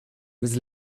was